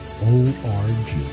O-R-G